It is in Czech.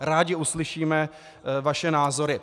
Rádi uslyšíme vaše názory.